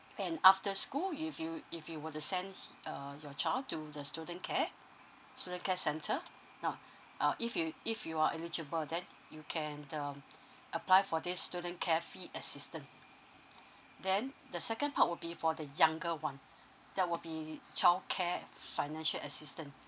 when after school if you if you were to send uh your child to the student care student care center now uh if you if you are eligible then you can um apply for this student care fee assistance then the second part will be for the younger one there will be child care financial assistance